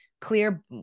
clear